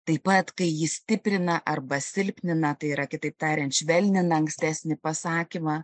taip pat kai ji stiprina arba silpnina tai yra kitaip tariant švelnina ankstesnį pasakymą